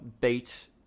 beat